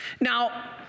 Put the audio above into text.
Now